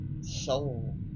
soul